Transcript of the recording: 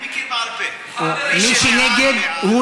אני מכיר בעל פה: מי שבעד, בעד, מי שנגד, נגד.